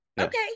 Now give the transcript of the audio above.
okay